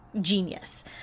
genius